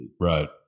Right